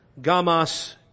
gamas